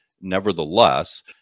nevertheless